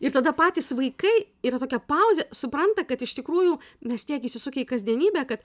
ir tada patys vaikai yra tokia pauzė supranta kad iš tikrųjų mes tiek įsisukę į kasdienybę kad